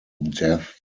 death